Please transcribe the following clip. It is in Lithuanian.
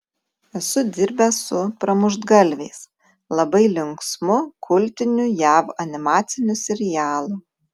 esu dirbęs su pramuštgalviais labai linksmu kultiniu jav animaciniu serialu